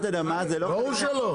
ברור שלא.